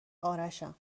ارشم